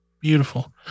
Beautiful